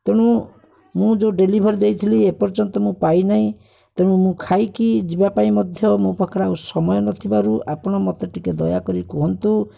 ତେଣୁ ମୁଁ ଯେଉଁ ଡେଲିଭରି ଦେଇଥିଲି ଏ ପର୍ଯ୍ୟନ୍ତ ମୁଁ ପାଇ ନାହିଁ ତେଣୁ ମୁଁ ଖାଇକି ଯିବା ପାଇଁ ମଧ୍ୟ ମୋ ପାଖରେ ଆଉ ସମୟ ନଥିବାରୁ ଆପଣ ମୋତେ ଟିକିଏ ଦୟାକରି କୁହନ୍ତୁ